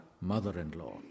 mother-in-law